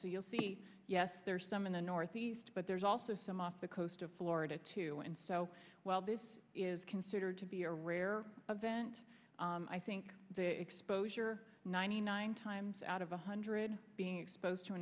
so you'll see yes there are some in the northeast but there's also some off the coast of florida too and so while this is considered to be a rare event i think the exposure ninety nine times out of one hundred being exposed to a